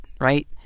Right